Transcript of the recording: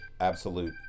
absolute